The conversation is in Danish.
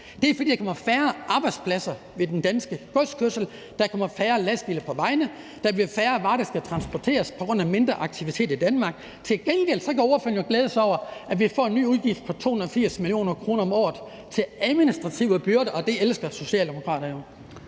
men fordi der kommer færre arbejdspladser i den danske godskørsel. Der kommer færre lastbiler på vejene, og der bliver færre varer, der skal transporteres på grund af mindre aktivitet i Danmark. Til gengæld kan ordføreren glæde sig over, at vi får en ny udgift på 280 mio. kr. om året til administrative byrder, og det elsker Socialdemokraterne